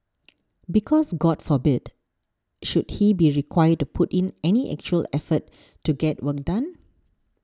because god forbid should he be required to put in any actual effort to get work done